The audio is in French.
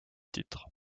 titre